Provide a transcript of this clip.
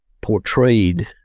portrayed